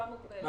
לתקופה מוגבלת,